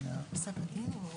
פסק דין חשוב.